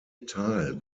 teil